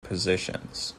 positions